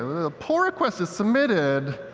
the pull request is submitted,